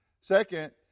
Second